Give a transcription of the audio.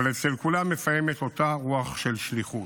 אבל אצל כולם מפעמת אותה רוח של שליחות.